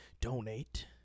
donate